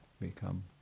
become